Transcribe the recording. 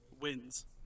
wins